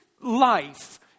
life